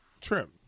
trim